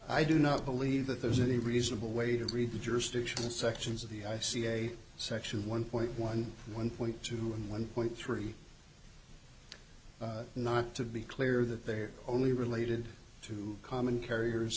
i do not believe that there is any reasonable way to read the jurisdiction sections of the i c a section one point one one point two and one point three not to be clear that there are only related to common carriers